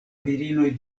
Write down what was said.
virinoj